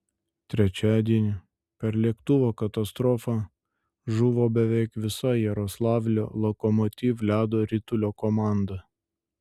trečiadienį per lėktuvo katastrofą žuvo beveik visa jaroslavlio lokomotiv ledo ritulio komanda